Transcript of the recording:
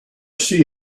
see